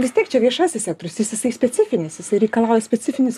vis tiek čia viešasis sektorius jis jisai specifinis jisai reikalauja specifinis